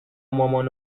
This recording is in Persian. مامان